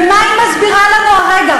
ומה היא מסבירה לנו הרגע?